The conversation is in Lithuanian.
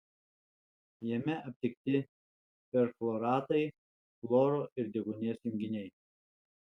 jame aptikti perchloratai chloro ir deguonies junginiai